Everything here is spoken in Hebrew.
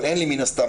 אבל אין לי מן הסתם,